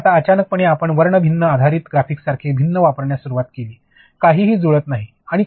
आणि आता अचानक आपण वर्ण भिन्न आधारित ग्राफिक्स सारखे भिन्न वापरण्यास सुरवात केली काहीही जुळत नाही